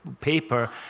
paper